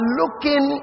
looking